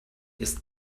ist